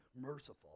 Merciful